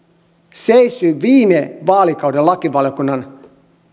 seissyt viime vaalikauden lakivaliokunnan